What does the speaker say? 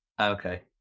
Okay